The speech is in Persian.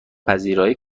پذیرایی